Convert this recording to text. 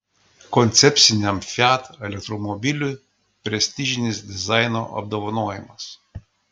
koncepciniam fiat elektromobiliui prestižinis dizaino apdovanojimas